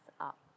up